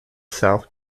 south